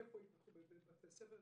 איפה ייפתחו בתי ספר.